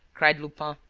cried lupin,